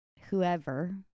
whoever